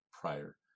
prior